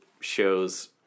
shows